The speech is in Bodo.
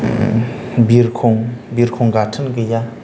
बिरखं बिरखं गाथोन गैया